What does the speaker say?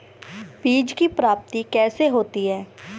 बीज की प्राप्ति कैसे होती है?